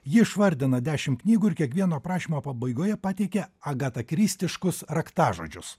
ji išvardina dešimt knygų ir kiekvieno aprašymo pabaigoje pateikė agatakristiškus raktažodžius